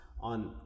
on